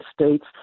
states